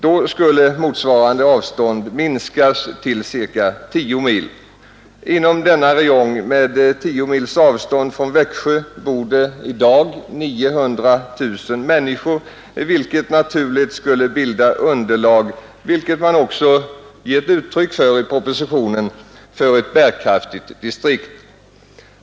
Då skulle motsvarande avstånd minskas till ca 10 mil. Inom denna räjong med 10 mils avstånd från Växjö bor det i dag 900 000 människor, som skulle bilda ett naturligt underlag — vilket man också gett uttryck för i propositionen — för ett bärkraftigt distrikt.